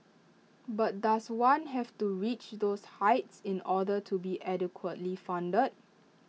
but does one have to reach those heights in order to be adequately funded